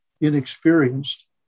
inexperienced